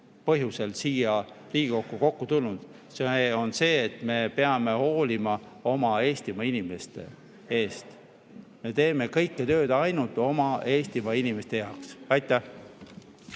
põhjusel siia Riigikokku kokku tulnud. See on see, et me peame hoolima oma Eestimaa inimestest. Me teeme kõik tööd ainult oma Eestimaa inimeste jaoks. Aitäh!